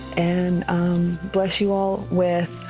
and bless you all with.